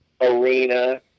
arena